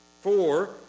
Four